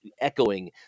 echoing